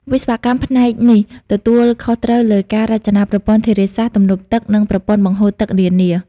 វិស្វករផ្នែកនេះទទួលខុសត្រូវលើការ រចនាប្រព័ន្ធធារាសាស្ត្រ ទំនប់ទឹក និងប្រព័ន្ធបង្ហូរទឹក នានា។